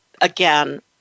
again